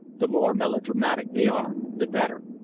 the more melodramatic they are the better.